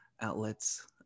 outlets